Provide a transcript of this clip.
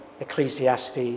ecclesiastes